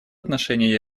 отношении